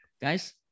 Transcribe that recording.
Guys